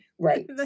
Right